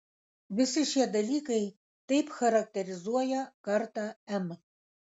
visi šie dalykai taip charakterizuoja kartą m